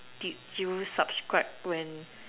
did you subscribe when